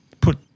put